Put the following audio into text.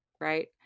right